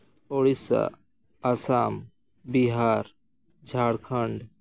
Odisha Assam Bihar Jharkhand